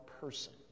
person